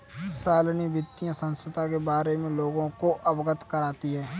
शालिनी वित्तीय संस्थाएं के बारे में लोगों को अवगत करती है